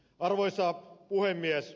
arvoisa puhemies